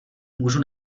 můžu